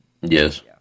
Yes